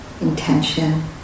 intention